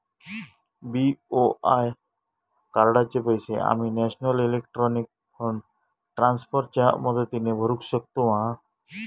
BOI कार्डाचे पैसे आम्ही नेशनल इलेक्ट्रॉनिक फंड ट्रान्स्फर च्या मदतीने भरुक शकतू मा?